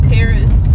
Paris